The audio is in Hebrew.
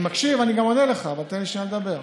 אני מקשיב ואני גם עונה לך, אבל תן לי שנייה לדבר.